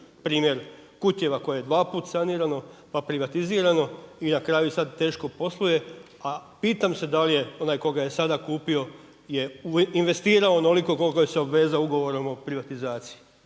Primjer Kutjeva koje je dva put sanirano, pa privatizirano i na kraju sada teško posluje, a pitam se da li je onaj tko ga je sada kupio je investirao onoliko koliko se je obvezao ugovorom o privatizaciji.